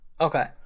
Okay